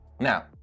Now